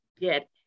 get